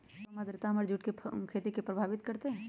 कम आद्रता हमर जुट के खेती के प्रभावित कारतै?